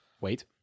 Wait